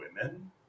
women